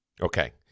Okay